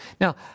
Now